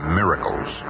miracles